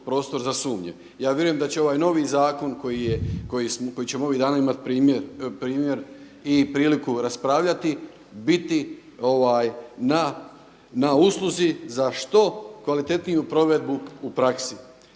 Ja vjerujem da će ovaj novi zakon koji ćemo ovih dana imati primjer i priliku raspravljati biti na usluzi za što kvalitetniju provedbu u praksi